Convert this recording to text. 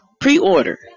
pre-order